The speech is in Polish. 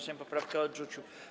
Sejm poprawkę odrzucił.